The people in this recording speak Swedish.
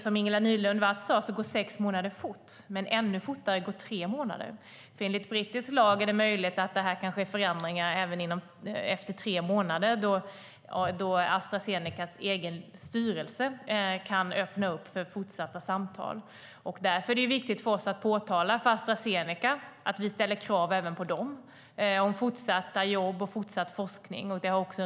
Som Ingela Nylund Watz sade går sex månader fort, men ännu fortare går tre månader. Enligt brittisk lag är det möjligt att det sker förändringar även efter tre månader, då Astra Zenecas egen styrelse kan öppna upp för fortsatta samtal. Därför är det viktigt för oss att påtala för Astra Zeneca att vi ställer krav även på dem om fortsatta jobb och fortsatt forskning.